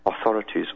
authorities